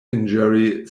injury